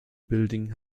building